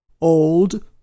Old